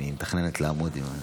אם היא מתכננת לעמוד איתה.